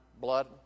blood